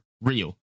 real